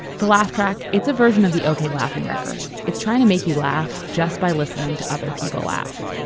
the laugh track, it's a version of the okeh laughing record. it's trying to make you laugh just by listening to other people laugh.